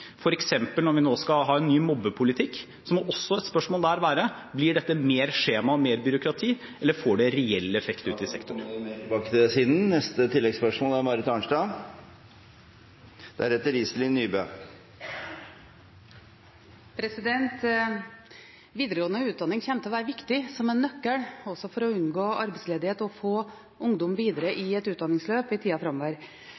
når vi nå skal ha en ny mobbepolitikk, må også et spørsmål der være: Blir dette mer skjema, mer byråkrati, eller får det reelle effekter? Da får vi komme mer tilbake til det siden. Marit Arnstad – til oppfølgingsspørsmål. Videregående utdanning kommer til å være viktig som en nøkkel også for å unngå arbeidsledighet og for å få ungdom videre i et utdanningsløp i tida framover.